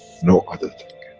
no other